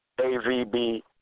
AVB